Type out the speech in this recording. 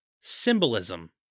symbolism